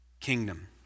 kingdom